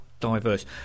diverse